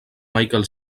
michael